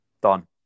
Done